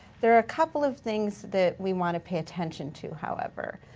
there are a couple of things that we wanna pay attention to however.